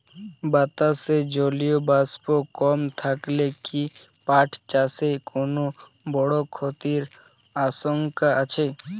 বাতাসে জলীয় বাষ্প কম থাকলে কি পাট চাষে কোনো বড় ক্ষতির আশঙ্কা আছে?